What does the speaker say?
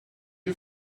you